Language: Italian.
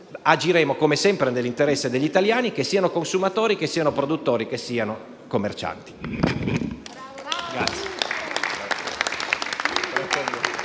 agiremo, come sempre, nell'interesse degli italiani, che siano consumatori, produttori o commercianti.